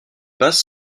passe